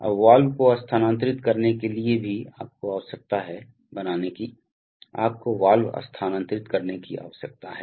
अब वाल्व को स्थानांतरित करने के लिए भी आपको आवश्यकता है बनाने की आपको वाल्व स्थानांतरित करने की आवश्यकता है